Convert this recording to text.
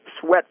sweat